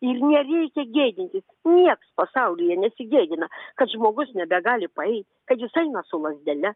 ir nereikia gėdintis nieks pasaulyje nesigėdina kad žmogus nebegali paeit kad jis eina su lazdele